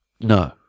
No